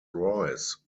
royce